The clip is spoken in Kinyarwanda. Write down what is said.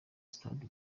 stade